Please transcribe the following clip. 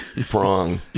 prong